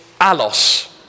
alos